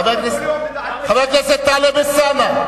חבר הכנסת טלב אלסאנע.